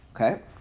Okay